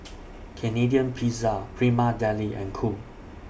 Canadian Pizza Prima Deli and Cool